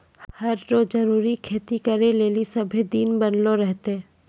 हर रो जरूरी खेती करै लेली सभ्भे दिन बनलो रहतै